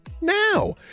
Now